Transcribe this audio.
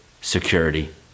security